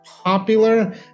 Popular